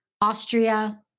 Austria